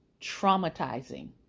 Traumatizing